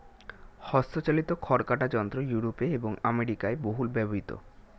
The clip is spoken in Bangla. হস্তচালিত খড় কাটা যন্ত্র ইউরোপে এবং আমেরিকায় বহুল ব্যবহৃত